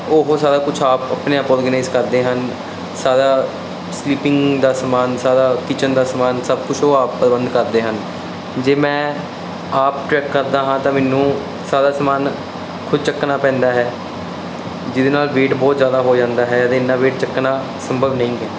ਉਹ ਸਾਰਾ ਕੁਝ ਆਪ ਆਪਣੇ ਆਪ ਔਰਗਨਾਈਜ਼ ਕਰਦੇ ਹਨ ਸਾਰਾ ਸਵੀਪਿੰਗ ਦਾ ਸਮਾਨ ਸਾਰਾ ਕਿਚਨ ਦਾ ਸਮਾਨ ਸਭ ਕੁਝ ਉਹ ਆਪ ਪ੍ਰਬੰਧ ਕਰਦੇ ਹਨ ਜੇ ਮੈਂ ਆਪ ਟਰੈਕ ਕਰਦਾ ਹਾਂ ਤਾਂ ਮੈਨੂੰ ਸਾਰਾ ਸਮਾਨ ਖੁਦ ਚੱਕਣਾ ਪੈਂਦਾ ਹੈ ਜਿਹਦੇ ਨਾਲ ਵੇਟ ਬਹੁਤ ਜ਼ਿਆਦਾ ਹੋ ਜਾਂਦਾ ਹੈ ਅਤੇ ਇੰਨਾਂ ਵੇਟ ਚੱਕਣਾ ਸੰਭਵ ਨਹੀਂ ਹੈ